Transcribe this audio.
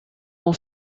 dans